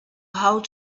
how